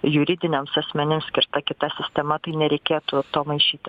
juridiniams asmenims skirta kita sistema tai nereikėtų to maišyti